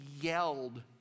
yelled